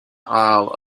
isle